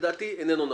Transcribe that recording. לדעתי איננו נכון.